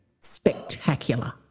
spectacular